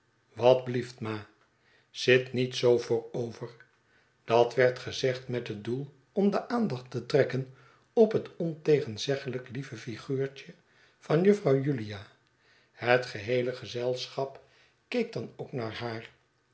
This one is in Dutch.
wat blieft ma zit niet zoo voorover dat werd gezegd met het doel om de aandachtte trekken op het ontegenzeggelijk lieve figuurtje van juffrouw julia het geheele gezelschap keek dan ook naar haar